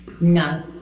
No